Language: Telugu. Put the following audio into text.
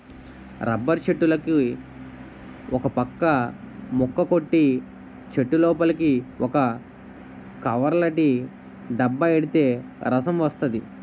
రబ్బర్ చెట్టులుకి ఒకపక్క ముక్క కొట్టి చెట్టులోపలికి ఒక కవర్లాటి డబ్బా ఎడితే రసం వస్తది